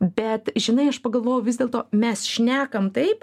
bet žinai aš pagalvojau vis dėlto mes šnekam taip